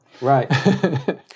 Right